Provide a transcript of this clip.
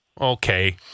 Okay